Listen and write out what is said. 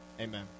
amen